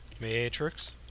Matrix